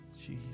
Jesus